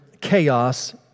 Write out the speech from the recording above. chaos